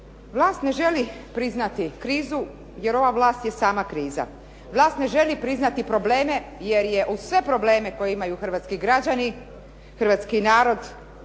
vlast ne želi priznati krizu, jer ova vlast je sama kriza. Vlast ne želi priznati probleme jer je uz sve probleme koje imaju hrvatski građani, hrvatski narod,